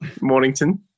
Mornington